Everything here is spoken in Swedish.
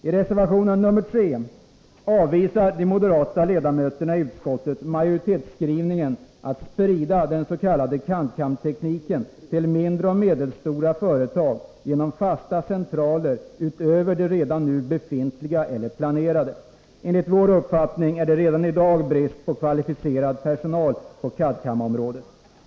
I reservation nr 3 avvisar de moderata ledamöterna i utskottet majoritetsskrivningen om att sprida den s.k. CAD CAM-området.